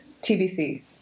tbc